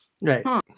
right